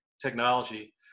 technology